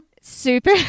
Super